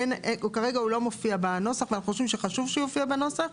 אבל כרגע הוא לא מופיע בנוסח ואנחנו חושבים שחשוב שהוא יופיע בנוסח,